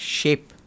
shape